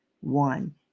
one